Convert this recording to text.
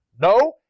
No